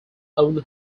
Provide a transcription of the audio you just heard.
own